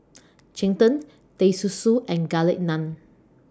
Cheng Tng Teh Susu and Garlic Naan